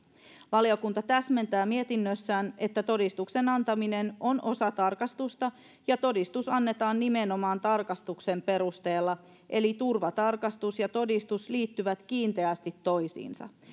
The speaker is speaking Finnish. valiokunta täsmentää mietinnössään että todistuksen antaminen on osa tarkastusta ja todistus annetaan nimenomaan tarkastuksen perusteella eli turvatarkastus ja todistus liittyvät kiinteästi toisiinsa